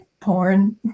porn